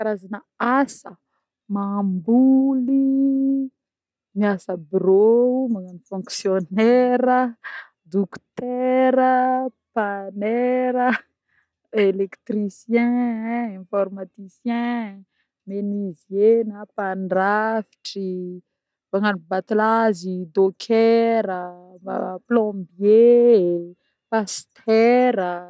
Karazagna asa: mamboly, miasa bureau, magnano fonktionera, dokotera, mpanera, électricien, informaticien, menuisier na mpandrafitry, magnano batilazy, dôkera, m-plombier, pasitera.